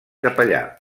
capellà